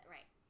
Right